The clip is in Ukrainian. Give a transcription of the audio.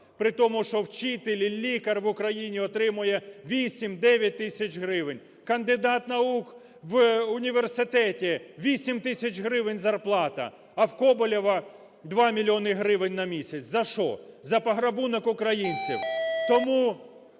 при тому, що вчитель і лікар в Україні отримує 8-9 тисяч гривень, кандидат наук в університеті - 8 тисяч гривень зарплата, а у Коболєва - 2 мільйона гривень на місяць. За що? За пограбунок українців.